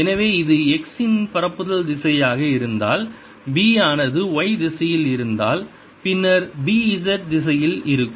எனவே இது x இன் பரப்புதல் திசையாக இருந்தால் B ஆனது y திசையில் இருந்தால் பின்னர் B z திசையில் இருக்கும்